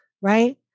right